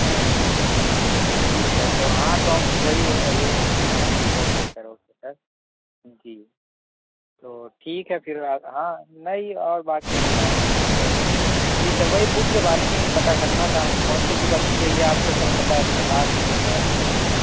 ہاں جی جی سر تو ہاں تو ہم وہی لینی ہاں اوکے سر اوکے سر جی تو ٹھیک ہے پھر ہاں نہیں اور باقی ہاں جی سر وہی بک کے بارے میں ہی پتہ کرنا تھا کون سی بک اچھی ہے یہ آپ کو سر پتہ ہے تو بتا دیجیے میتھ اس میں